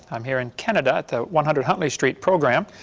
am here in canada, at the one hundred huntley street program.